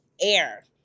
air